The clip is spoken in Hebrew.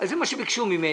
זה מה שביקשו ממני.